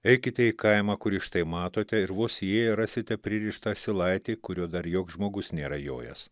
eikite į kaimą kurį štai matote ir vos įėję rasite pririštą asilaitį kuriuo dar joks žmogus nėra jojęs